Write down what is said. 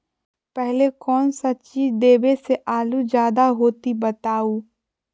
पहले कौन सा चीज देबे से आलू ज्यादा होती बताऊं?